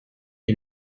est